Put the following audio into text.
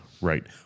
right